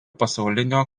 pasaulinio